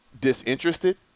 disinterested